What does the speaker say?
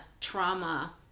trauma